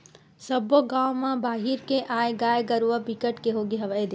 सब्बो गाँव म बाहिर के आए गाय गरूवा बिकट के होगे हवय